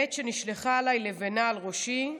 בעת שנשלחה עליי לבנה על ראשי.